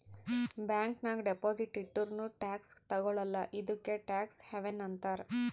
bank ನಾಗ್ deposit ಇಟ್ಟುರ್ನೂ tax ತಗೊಳಲ್ಲ ಇದ್ದುಕೆ ಟ್ಯಾಕ್ಸ್ ಹವೆನ್ ಅಂತಾರ್